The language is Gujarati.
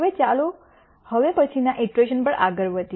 હવે ચાલો હવે પછીના ઇટરેશન પર આગળ વધીએ